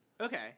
Okay